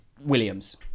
Williams